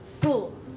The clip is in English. school